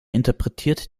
interpretiert